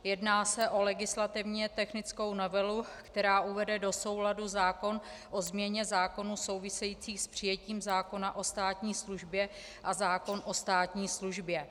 Jedná se o legislativně technickou novelu, která uvede do souladu zákon o změně zákonů souvisejících s přijetím zákona o státní službě a zákon o státní službě.